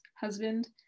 husband